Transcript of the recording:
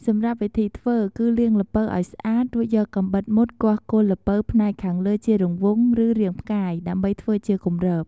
សម្រាប់វិធីធ្វើគឺ លាងល្ពៅឲ្យស្អាត រួចយកកាំបិតមុតគាស់គល់ល្ពៅផ្នែកខាងលើជារង្វង់ ឬរាងផ្កាយ ដើម្បីធ្វើជាគម្រប។